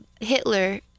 Hitler